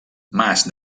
mas